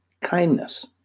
kindness